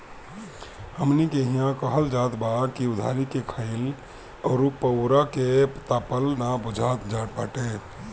हमनी के इहां कहल जात बा की उधारी के खाईल अउरी पुअरा के तापल ना बुझात बाटे